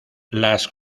las